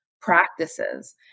practices